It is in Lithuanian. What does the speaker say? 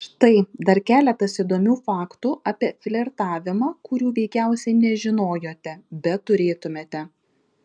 štai dar keletas įdomių faktų apie flirtavimą kurių veikiausiai nežinojote bet turėtumėte